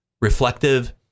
reflective